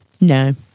No